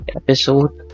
episode